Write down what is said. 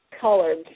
colored